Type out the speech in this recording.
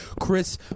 chris